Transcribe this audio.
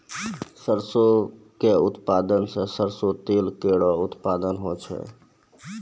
सरसों क उत्पादन सें सरसों तेल केरो उत्पादन होय छै